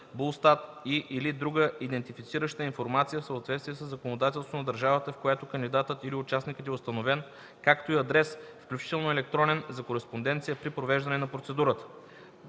БУЛСТАТ и/или друга идентифицираща информация в съответствие със законодателството на държавата, в която кандидатът или участникът е установен, както и адрес, включително електронен, за кореспонденция при провеждането на процедурата;